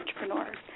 entrepreneurs